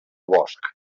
bosc